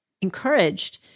encouraged